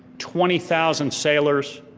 twenty thousand sailors,